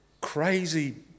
crazy